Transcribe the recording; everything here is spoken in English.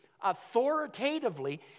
authoritatively